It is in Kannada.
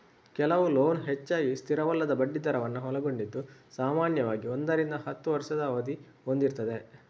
ಕೆಲವು ಲೋನ್ ಹೆಚ್ಚಾಗಿ ಸ್ಥಿರವಲ್ಲದ ಬಡ್ಡಿ ದರವನ್ನ ಒಳಗೊಂಡಿದ್ದು ಸಾಮಾನ್ಯವಾಗಿ ಒಂದರಿಂದ ಹತ್ತು ವರ್ಷದ ಅವಧಿ ಹೊಂದಿರ್ತದೆ